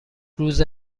روز